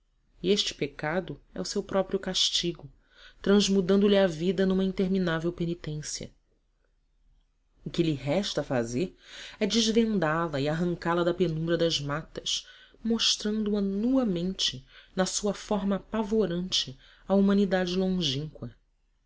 este pecado é o seu próprio castigo transmudando lhe a vida numa interminável penitência o que lhe resta a fazer é desvendá la e arrancá-la da penumbra das matas mostrando a nuamente na sua forma apavorante à humanidade longínqua